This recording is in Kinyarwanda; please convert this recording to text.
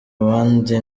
bandi